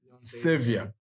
savior